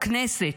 הכנסת,